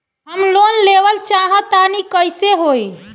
हम लोन लेवल चाह तानि कइसे होई?